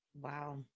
wow